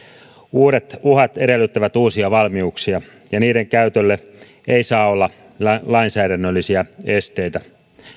uudet uhat edellyttävät uusia valmiuksia ja niiden käytölle ei saa olla lainsäädännöllisiä esteitä